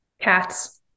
Cats